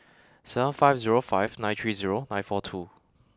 seven five zero five nine three zero nine four two